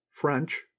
french